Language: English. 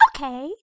Okay